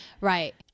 Right